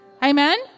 Amen